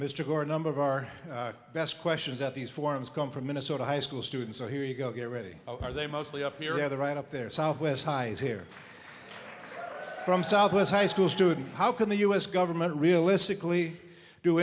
mr gore a number of our best questions at these forums come from minnesota high school students are here you go get ready are they mostly up here at the right up there southwest high is here from southwest high school student how can the us government realistically do